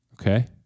Okay